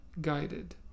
guided